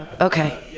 Okay